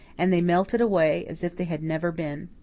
and they melted away as if they had never been.